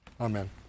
Amen